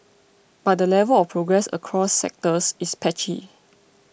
but the level of progress across sectors is patchy